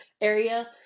area